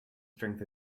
strength